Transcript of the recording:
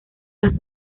las